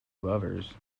lovers